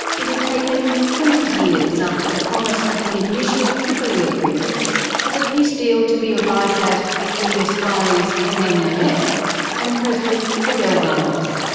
it had taken twenty years after the promise of the initial tripoli agreement for the peace deal to be arrived at between misauri's um and mnlf and president fidel ramos,